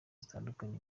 zitandukanye